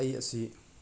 ꯑꯩ ꯑꯁꯤ